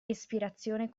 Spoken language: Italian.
espirazione